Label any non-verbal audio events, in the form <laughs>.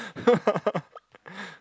<laughs>